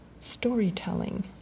storytelling